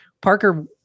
parker